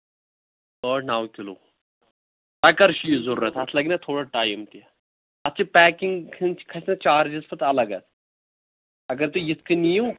ٲٹھ نَو کِلوٗ تۄہہِ کر چھِ یہِ ضوٚرَتھ اَتھ لَگہِ نہ تھوڑا ٹایم تہِ اَتھ چھِ پیکِنٛگ ہِنٛدۍ کھَسہِ نا چارجِز پَتہٕ اَلگ اَتھ اَگر تُہۍ یِتھ کَنۍ نِیِو